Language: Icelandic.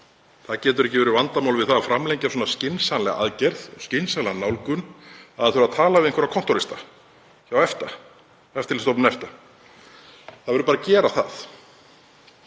Það getur ekki verið vandamál við það að framlengja svona skynsamlega aðgerð, skynsamlega nálgun, að þurfa að tala við einhverja kontórista hjá eftirlitsstofnun EFTA. Það verður bara að gera það.